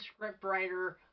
scriptwriter